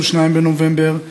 22 בנובמבר,